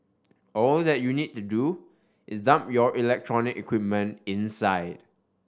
all that you need to do is dump your electronic equipment inside